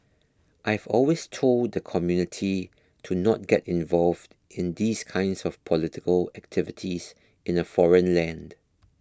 I've always told the community to not get involved in these kinds of political activities in a foreign land